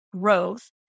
growth